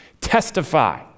testify